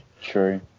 True